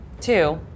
Two